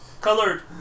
Colored